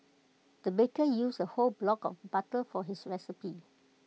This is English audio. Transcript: the baker used A whole block of butter for this recipe